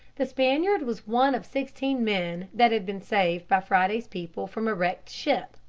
the spaniard was one of sixteen men that had been saved by friday's people from a wrecked ship.